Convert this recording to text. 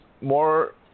more